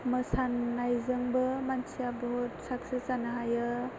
मोसानायजोंबो मानसिया बुहुथ साखसेस जानो हायो